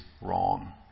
wrong